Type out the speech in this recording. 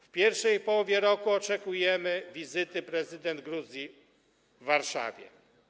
W pierwszej połowie roku oczekujemy wizyty prezydent Gruzji w Warszawie.